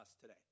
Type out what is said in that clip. today